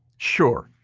sure,